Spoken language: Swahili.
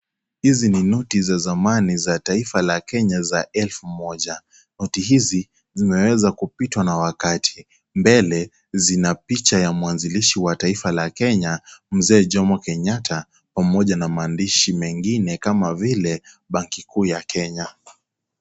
Hizi ni noti za zamani za taifa la Kenya za elfu moja. Noti hizi zimeweza kupita na wakati. Mbele, zina picha ya mwanzilishi wa taifa la Kenya, Mzee Jomo Kenyatta pamoja na maandishi mengine kama vile, banki kuu ya Kenya.